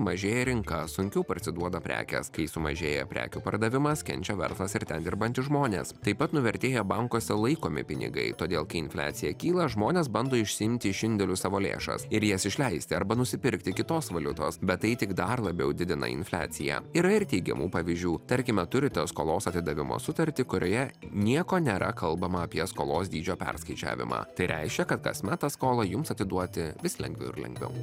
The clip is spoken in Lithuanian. mažėja rinka sunkiau parsiduoda prekę kai sumažėja prekių pardavimas kenčia verslas ir ten dirbantys žmonės taip pat nuvertėja bankuose laikomi pinigai todėl kai infliacija kyla žmonės bando išsiimti iš indėlių savo lėšas ir jas išleisti arba nusipirkti kitos valiutos bet tai tik dar labiau didina infliaciją yra ir teigiamų pavyzdžių tarkime turite skolos atidavimo sutartį kurioje nieko nėra kalbama apie skolos dydžio perskaičiavimą tai reiškia kad kas met tą skolą jums atiduoti vis lengviau ir lengviau